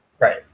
Right